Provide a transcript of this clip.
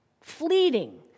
fleeting